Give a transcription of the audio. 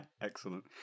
Excellent